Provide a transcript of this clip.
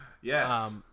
Yes